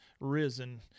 risen